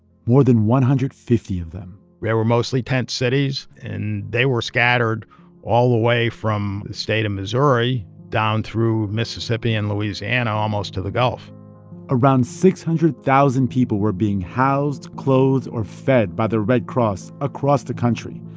more than one hundred and fifty of them they were mostly tent cities, and they were scattered all the way from the state of missouri down through mississippi and louisiana, almost to the gulf around six hundred thousand people were being housed, clothed or fed by the red cross across the country,